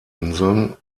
inseln